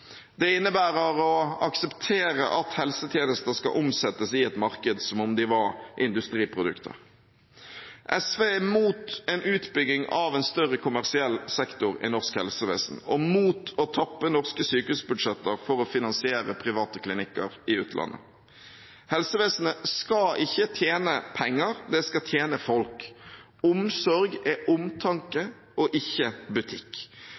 Det innebærer å akseptere at helsetjenester skal omsettes i et marked, som om de var industriprodukter. SV er mot en utbygging av en større kommersiell sektor i norsk helsevesen og mot å tappe norske sykehusbudsjetter for å finansiere private klinikker i utlandet. Helsevesenet skal ikke tjene penger, det skal tjene folk. Omsorg er omtanke og ikke butikk.